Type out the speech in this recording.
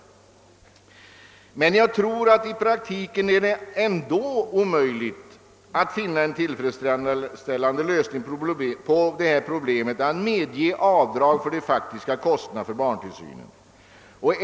Emellertid tror jag att det i praktiken ändå är omöjligt att finna en tillfredsställande lösning på problemet att medge avdrag för de faktiska kostnaderna för barntillsynen.